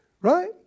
Right